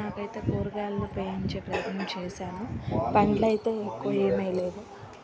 నాకైతే కూరగాయలను పెంచే ప్రయత్నం చేశాను పళ్ళు అయితే ఎక్కువ ఏం వేయలేదు